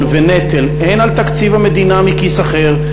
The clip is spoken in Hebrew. ונטל הן על תקציב המדינה מכיס אחר,